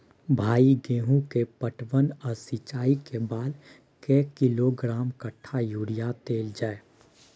भाई गेहूं के पटवन आ सिंचाई के बाद कैए किलोग्राम कट्ठा यूरिया देल जाय?